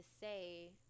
say